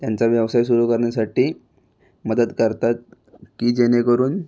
त्यांचा व्यवसाय सुरु करण्यासाठी मदत करतात की जेणेकरून